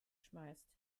schmeißt